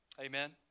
Amen